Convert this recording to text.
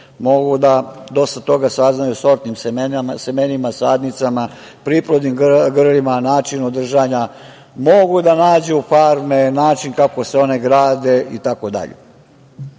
mogu dosta toga da saznaju o sortnim semenima, sadnicama, priplodnim grlima, načinu držanja, mogu da nađu farme, način kako se one grade